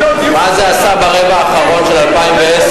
לגבי מה זה עשה ברבע האחרון של 2010,